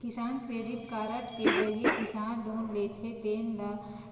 किसान credit card के जरिए किसान लोन लेथे तेन ल